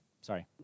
Sorry